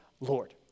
Lord